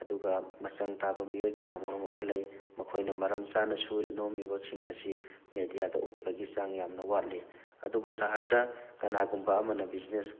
ꯑꯗꯨꯒ ꯃꯆꯪ ꯇꯥꯕ ꯃꯤꯑꯣꯏ ꯀꯌꯥꯃꯔꯨꯝ ꯑꯃ ꯂꯩ ꯃꯈꯣꯏꯅ ꯃꯔꯝ ꯆꯥꯅ ꯁꯨꯔꯤ ꯅꯣꯝꯃꯤꯕꯁꯤꯡ ꯑꯁꯤ ꯃꯦꯗꯤꯌꯥꯗ ꯎꯠꯄꯒꯤ ꯆꯥꯡ ꯌꯥꯝꯅ ꯋꯥꯠꯂꯤ ꯑꯗꯨꯕꯨ ꯁꯍꯔꯗ ꯀꯅꯥꯒꯨꯝꯕ ꯑꯃꯅ ꯕꯤꯖꯤꯅꯦꯁ